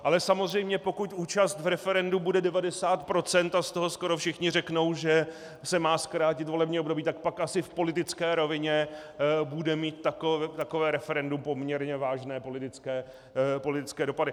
Ale samozřejmě pokud účast v referendu bude 90 % a z toho skoro všichni řeknou, že se má zkrátit volební období, tak pak asi v politické rovině bude mít takové referendum poměrně vážné politické dopady.